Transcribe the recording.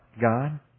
God